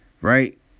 right